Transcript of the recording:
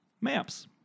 Maps